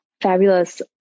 fabulous